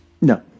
No